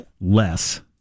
less